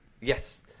Yes